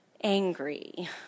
angry